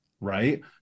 Right